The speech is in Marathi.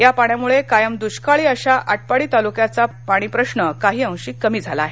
या पाण्यामुळे कायम दृष्काळी अशा आटपाडी तालुक्याचा पाणीप्रश्न काहीअंशी कमी झाला आहे